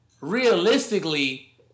realistically